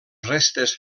restes